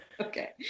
Okay